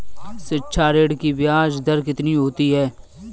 शिक्षा ऋण की ब्याज दर कितनी होती है?